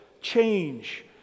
change